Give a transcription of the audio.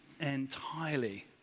entirely